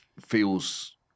feels